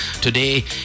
today